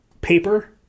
paper